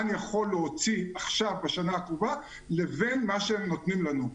אני יכול להוציא עכשיו בשנה הקרובה לבין מה שהם נותנים לנו.